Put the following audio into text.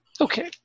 Okay